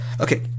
Okay